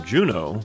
Juno